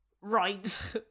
Right